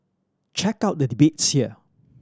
check out the debates here